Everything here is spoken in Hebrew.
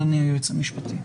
בבקשה, אדוני היועץ המשפטי.